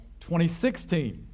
2016